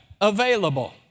available